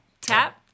tap